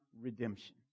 redemption